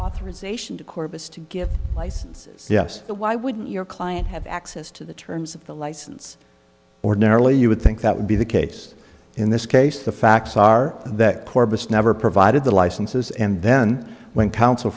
authorization to corpus to get licenses yes but why wouldn't your client have access to the terms of the license ordinarily you would think that would be the case in this case the facts are that corpus never provided the licenses and then when counsel